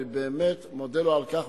אני באמת מודה לו על כך.